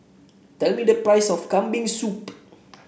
tell me the price of Kambing Soup